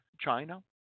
China